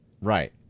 Right